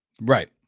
Right